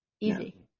Easy